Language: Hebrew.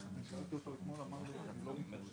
אגף